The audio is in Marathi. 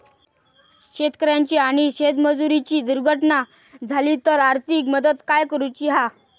शेतकऱ्याची आणि शेतमजुराची दुर्घटना झाली तर आर्थिक मदत काय करूची हा?